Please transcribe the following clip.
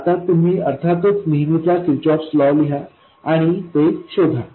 आता तुम्ही अर्थातच नेहमीचा किर्चहोफ लॉ लिहा आणि ते शोधा